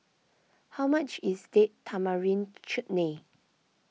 how much is Date Tamarind Chutney